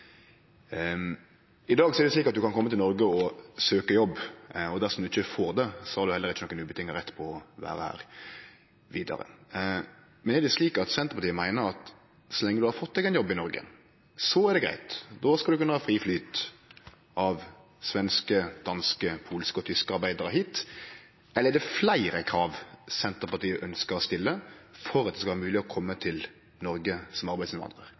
I dag er det slik at ein kan kome til Noreg og søkje jobb, og dersom ein ikkje får det, har ein heller ikkje nokon sjølvsagd rett til å vere her vidare. Men er det slik at Senterpartiet meiner at så lenge ein har fått seg ein jobb i Noreg, då er det greitt – då skal ein kunne ha fri flyt av svenske, danske, polske og tyske arbeidarar hit – eller er det fleire krav Senterpartiet ønskjer å stille for at det skal vere mogleg å kome til Noreg som arbeidsinnvandrar?